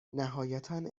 نهایتا